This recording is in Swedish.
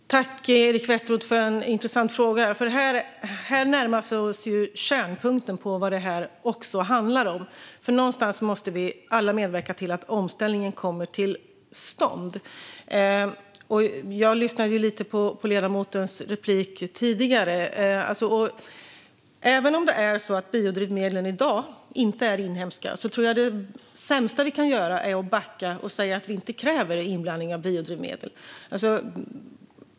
Fru talman! Tack, Eric Westroth, för en intressant fråga! Här närmar vi oss nämligen kärnpunkten när det gäller vad detta också handlar om. Någonstans måste vi alla medverka till att omställningen kommer till stånd. Jag lyssnade lite grann på ledamotens replik tidigare. Även om biodrivmedlen i dag inte är inhemska tror jag att det sämsta som vi kan göra är att backa och säga att vi inte kräver inblandning av biodrivmedel.